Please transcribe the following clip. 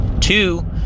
two